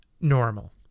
normal